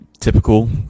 typical